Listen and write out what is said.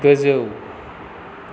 गोजौ